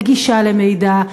לגישה למידע,